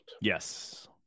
Yes